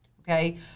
Okay